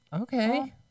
Okay